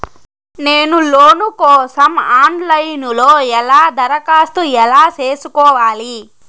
నేను లోను కోసం online లో ఎలా దరఖాస్తు ఎలా సేసుకోవాలి?